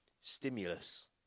Stimulus